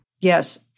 Yes